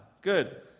Good